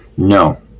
No